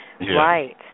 Right